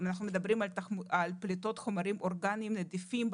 אנחנו מדברים על פליטות חומרים אורגניים נדיפים,